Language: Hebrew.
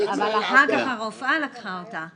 --- אבל אחר כך הרופאה לקחה אותה.